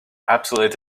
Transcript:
absolutely